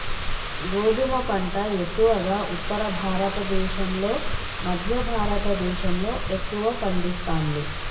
గోధుమ పంట ఎక్కువగా ఉత్తర భారత దేశం లో మధ్య భారత దేశం లో ఎక్కువ పండిస్తాండ్లు